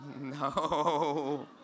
No